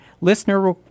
listener